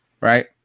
right